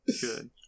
Good